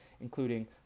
including